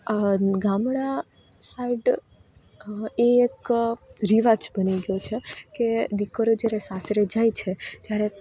ગામડા સાઇડ એક રિવાજ બની ગયો છે કે દીકરીઓ જ્યારે સાસરે જાય છે ત્યારે